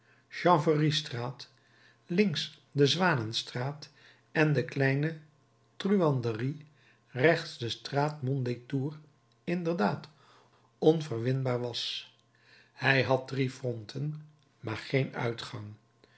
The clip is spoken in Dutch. chanvreriestraat links de zwanenstraat en de kleine truanderie rechts de straat mondétour inderdaad onverwinbaar was zij had drie fronten maar geen uitgang